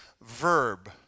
verb